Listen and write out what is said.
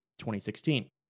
2016